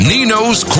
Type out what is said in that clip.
Nino's